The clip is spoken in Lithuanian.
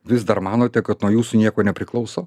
vis dar manote kad nuo jūsų nieko nepriklauso